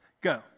Go